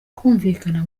kumvikana